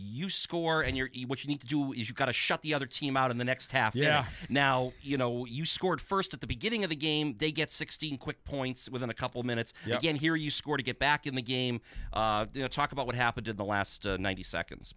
you score and you're what you need to do is you've got to shut the other team out in the next half yeah now you know you scored first at the beginning of the game they get sixteen quick points within a couple minutes yet here you score to get back in the game talk about what happened in the last ninety seconds